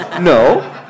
No